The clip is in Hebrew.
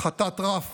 הפחתת רף